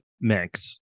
mix